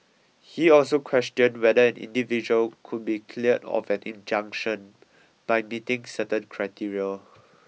he also questioned whether an individual could be cleared of an injunction by meeting certain criteria